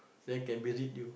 then can visit you